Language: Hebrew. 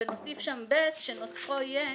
ונוסיף שם סעיף ב שנוסחו יהיה: